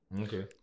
Okay